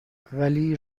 ولی